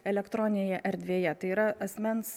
elektroninėje erdvėje tai yra asmens